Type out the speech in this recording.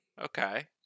Okay